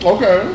Okay